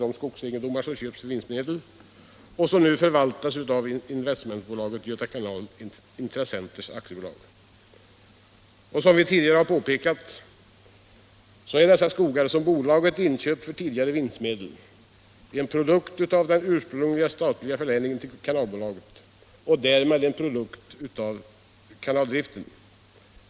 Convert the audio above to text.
de skogsegendomar som köpts för vinstmedel och som nu förvaltas av investmentbolaget Göta kanalbolags intressenter AB. Som vi tidigare har påpekat är de skogar som bolaget inköpt för tidigare vinstmedel en produkt av de ursprungliga statliga förläningarna till kanalbolaget och därmed en produkt av kanaldriften.